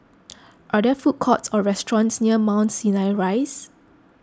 are there food courts or restaurants near Mount Sinai Rise